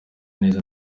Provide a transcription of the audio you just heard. neza